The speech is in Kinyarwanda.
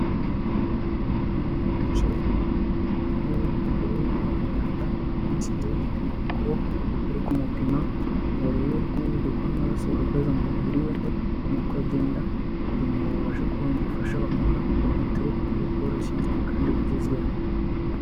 Umwana wicaye ku ntebe, imbere ye hari umuganga yamushyizeho igipimo ku kuboko, bari kumupima ngo barebe uko umuvuduko w'amaraso uhagaze mu mubiri wiwe, nuko agenda kugira ngo babashe kubona ubufasha bamuha, bamwiteho ku buryo bworoshye kandi bigezweho.